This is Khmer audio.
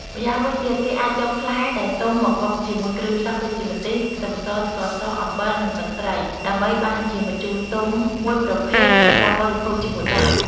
ម្យ៉ាងវិញទៀត គេអាចយកផ្លែដែលទុំមកបុកជាមួយគ្រឿងផ្សំដូចជា ម្ទេស ខ្ទឹមស ស្ករស អំបិល និងទឹកត្រី ដើម្បីបានជាម្ជូរទុំមួយប្រភេទសម្រាប់បរិភោគជាមួយបាយ។